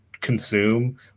consume